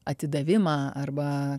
atidavimą arba